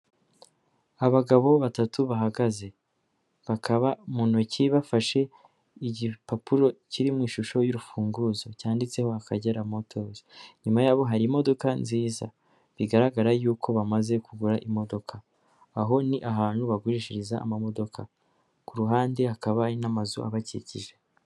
Abagabo batatu bahagaze, bakaba mu ntoki bafashe igipapuro kiri mu ishusho y'urufunguzo, cyanditseho Akagera Motos, inyuma yabo hari imodoka nziza, bigaragara yuko bamaze kugura imodoka, aho ni ahantu bagurishiriza amamodoka, ku ruhande hakaba hari n'amazu abakikije.